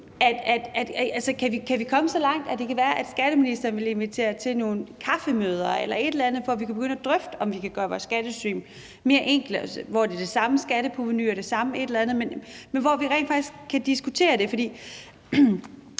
kan komme så langt, at det kan være, at skatteministeren vil invitere til nogle kaffemøder eller et eller andet, for at vi begynder at drøfte, om vi kan gøre vores skattesystem mere enkelt, altså hvor det er det samme skatteprovenu og det samme et eller andet, men hvor vi rent faktisk kan diskutere det? For